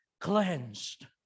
cleansed